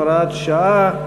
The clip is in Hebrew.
(הוראת שעה),